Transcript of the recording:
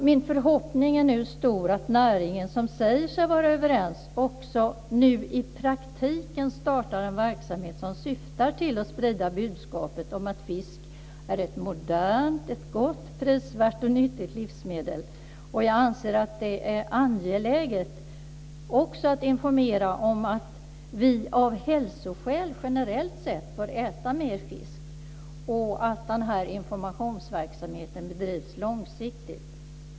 Min förhoppning är stor att näringen, som säger sig vara överens, nu också i praktiken startar en verksamhet som syftar till att sprida budskapet att fisk är ett modernt, gott, prisvärt och nyttigt livsmedel. Jag anser att det är angeläget att också informera om att vi av hälsoskäl generellt sett bör äta mer fisk och att den här informationsverksamheten bör bedrivas långsiktigt.